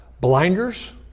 blinders